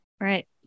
right